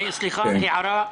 סליחה, הערה.